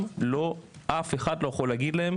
לא תמיד היה קל ומהיר.